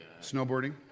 Snowboarding